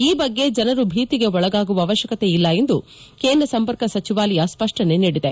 ಈ ಬಗ್ಗೆ ಜನರು ಭೀತಿಗೆ ಒಳಗಾಗುವ ಅವಶ್ಯಕತೆ ಇಲ್ಲ ಎಂದು ಕೇಂದ್ರ ಸಂಪರ್ಕ ಸಚಿವಾಲಯ ಸ್ಪಷ್ಟನೆ ನೀಡಿದೆ